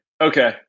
Okay